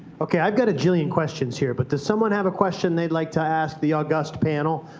ok, i've got a bajillion questions here, but does someone have a question they'd like to ask the august panel?